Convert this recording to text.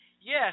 Yes